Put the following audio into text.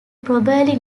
probably